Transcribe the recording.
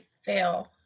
fail